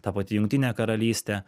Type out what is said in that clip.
ta pati jungtinė karalystė